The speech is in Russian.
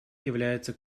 является